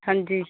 हाँ जी